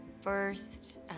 first